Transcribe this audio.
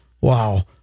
wow